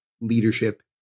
leadership